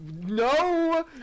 No